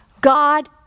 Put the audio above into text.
God